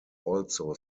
also